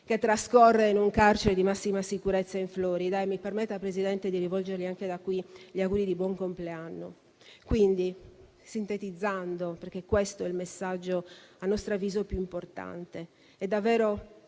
che trascorre in un carcere di massima sicurezza in Florida e, mi permetta, Presidente di rivolgergli anche da qui gli auguri di buon compleanno. Quindi, sintetizzando, perché questo è il messaggio a nostro avviso più importante: è davvero